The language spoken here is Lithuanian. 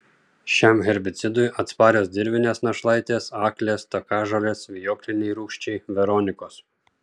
šiam herbicidui atsparios dirvinės našlaitės aklės takažolės vijokliniai rūgčiai veronikos